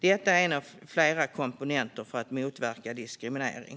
Detta är en av flera komponenter för att motverka diskriminering.